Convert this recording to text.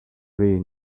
really